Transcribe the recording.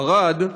ערד.